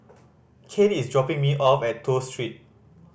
Cain is dropping me off at Toh Street